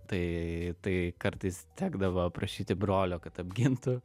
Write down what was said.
tai tai kartais tekdavo prašyti brolio kad apgintų